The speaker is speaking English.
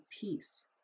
peace